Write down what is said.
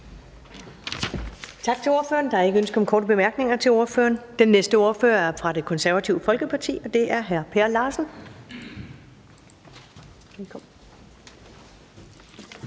Tak til ordføreren. Der er ikke noget ønske om korte bemærkninger til ordføreren. Den næste ordfører er fra Det Konservative Folkeparti, og det er hr. Per Larsen.